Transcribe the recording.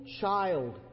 child